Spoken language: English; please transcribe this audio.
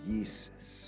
Jesus